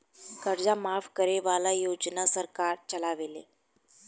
कर्जा माफ करे वाला योजना सरकार चलावेले